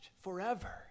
forever